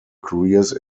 careers